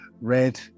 red